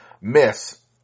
Miss